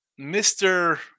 Mr